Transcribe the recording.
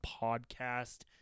podcast